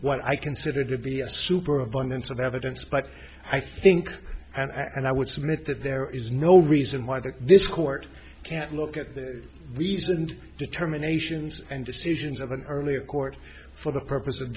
what i consider to be a super abundance of evidence but i think and i would submit that there is no reason why the this court can't look at the reasoned determinations and decisions of an earlier court for the purpose of